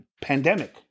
pandemic